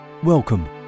Welcome